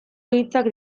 hitzak